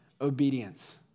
obedience